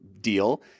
deal